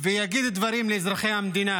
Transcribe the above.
ויגיד דברים לאזרחי המדינה.